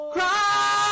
Cry